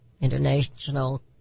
International